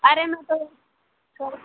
अरे मैं तो छो